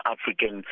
African